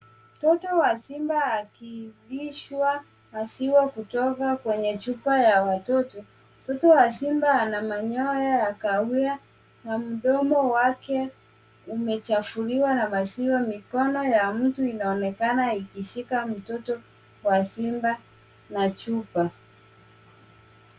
Mtoto wa simba akilishwa maziwa kutoka kwenye chupa ya watoto. Mtoto wa simba ana manyoa ya kahawia na mdomo wake umechafuliwa na maziwa. Mikono ya mtu inaonekana ikishika mtoto wa simba na chupa.